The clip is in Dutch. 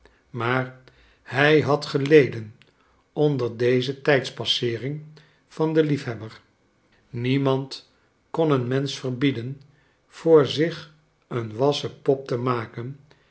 maar hij had geleden onder deze tijdpasseering van den liefhebber niemand kon een mensch verbieden voor zich een wassen pop te maken